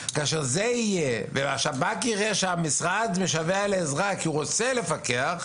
כשהשב"כ יראה שהמשרד משווע לעזרה כי הוא רוצה לפקח,